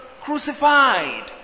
crucified